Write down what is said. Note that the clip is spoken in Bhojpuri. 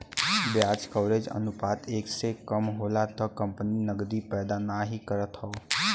ब्याज कवरेज अनुपात एक से कम होला त कंपनी नकदी पैदा नाहीं करत हौ